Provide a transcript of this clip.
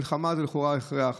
מלחמה היא לכאורה הכרח.